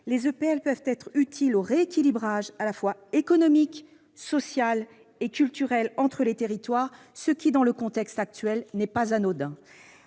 les EPL peuvent être utiles au rééquilibrage économique, social et culturel entre les territoires. Dans le contexte actuel, ce n'est pas anodin.